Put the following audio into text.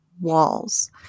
walls